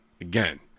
again